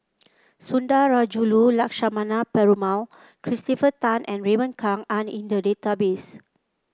Sundarajulu Lakshmana Perumal Christopher Tan and Raymond Kang are in the database